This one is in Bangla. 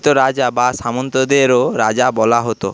রাজা বা সামন্তদেরও রাজা বলা হত